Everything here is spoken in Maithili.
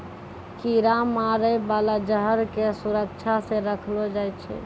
कीरा मारै बाला जहर क सुरक्षा सँ रखलो जाय छै